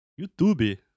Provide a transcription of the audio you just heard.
YouTube